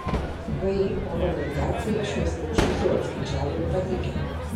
vį oro navigacija šiuos aukščius jau apskaičiavo ir pateikė